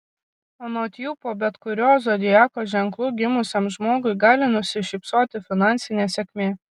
anot jų po bet kuriuo zodiako ženklu gimusiam žmogui gali nusišypsoti finansinė sėkmė